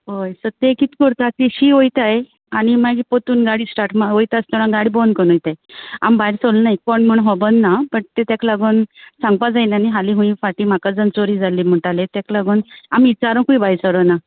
हय सो ते कित करता तेशी वयताय आनी मागीर पोरतून गाडी श्टाट मा वयता आसताना गाडी बोन कोन वोयताय आम भायर सोल नाय कोण म्हूण होबोन्ना पट टें तेक लागोन सांगपा जायना न्ही हालीं हूंय फाटीं म्हाका जान चोरी जाल्ली म्हुणटाले ताका लागून आमी विचारुंकूय भायर सोरोना